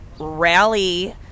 Rally